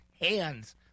hands